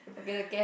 okay the ca~